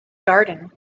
garden